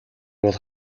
бол